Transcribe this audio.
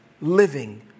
living